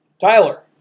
Tyler